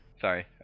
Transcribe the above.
Sorry